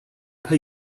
per